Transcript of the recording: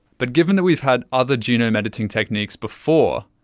but given that we've had other genome-editing techniques before,